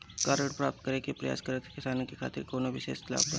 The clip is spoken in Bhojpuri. का ऋण प्राप्त करे के प्रयास करत किसानन के खातिर कोनो विशेष लाभ बा